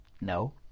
No